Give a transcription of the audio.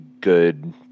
good